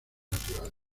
naturales